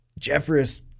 Jeffress